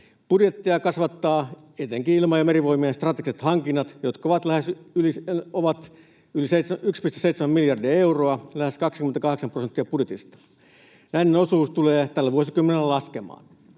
Budjettia kasvattavat etenkin Ilma- ja Merivoimien strategiset hankinnat, jotka ovat yli 1,7 miljardia euroa, lähes 28 prosenttia budjetista. Näiden osuus tulee tällä vuosikymmenellä laskemaan.